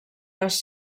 les